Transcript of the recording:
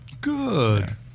good